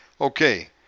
Okay